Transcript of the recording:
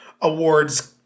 awards